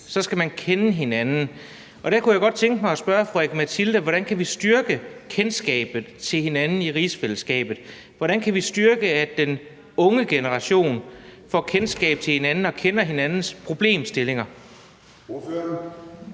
at man kender hinanden. Og der kunne jeg godt tænke mig at spørge fru Aki-Matilda Høegh-Dam: Hvordan kan vi styrke kendskabet til hinanden i rigsfællesskabet? Hvordan kan vi styrke, at man i den unge generation får kendskab til hinanden og kender hinandens problemstillinger?